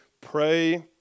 pray